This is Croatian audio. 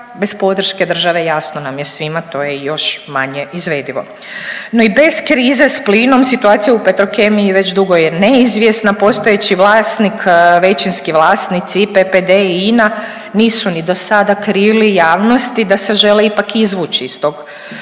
bez podrške države jasno nam je svima to je još manje izvedivo. No, i bez krize s plinom situacija u Petrokemiji već dugo je neizvjesna, postojeći vlasnik, većinski vlasnici i PPD i INA nisu ni dosada krili javnosti da se žele ipak izvući iz tog